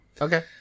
Okay